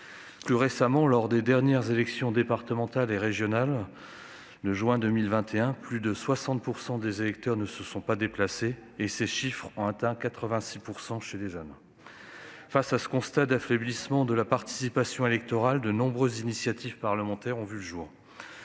Plus récemment, lors des élections départementales et régionales de juin 2021, plus de 60 % des électeurs ne se sont pas déplacés et ces chiffres ont atteint 86 % chez les jeunes. Devant ce constat d'affaiblissement de la participation électorale, de nombreuses initiatives parlementaires ont vu le jour.